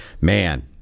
man